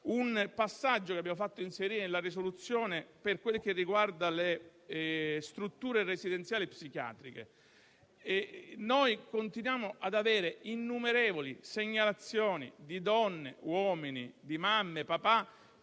un passaggio che abbiamo fatto inserire nella proposta di risoluzione per quanto riguarda le strutture residenziali psichiatriche. Continuiamo a ricevere innumerevoli segnalazioni di donne e uomini - mamme e papà